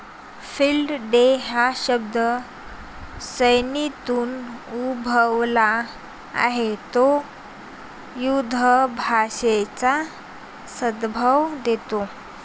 field day हा शब्द सैन्यातून उद्भवला आहे तो युधाभ्यासाचा संदर्भ देतो